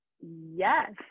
Yes